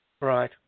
Right